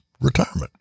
retirement